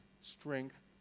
strength